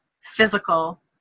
physical